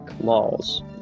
laws